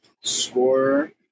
scorer